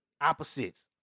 Opposites